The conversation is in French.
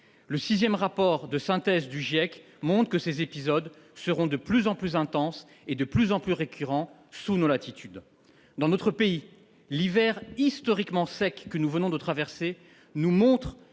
sur l'évolution du climat) montre que ces épisodes seront de plus en plus intenses et de plus en plus récurrents sous nos latitudes. Dans notre pays, l'hiver historiquement sec que nous venons de traverser nous montre